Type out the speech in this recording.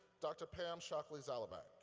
doctor pam shockley-zalabak.